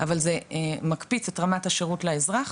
אבל זה מקפיץ את רמת השירות לאזרח,